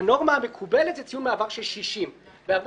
הנורמה המקובלת זה ציון מעבר של 60. בהרבה